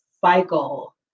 Cycle